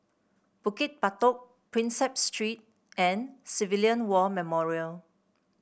Bukit Batok Prinsep Street and Civilian War Memorial